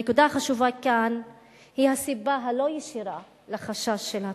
הנקודה החשובה כאן היא הסיבה הלא-ישירה לחשש של התושבים,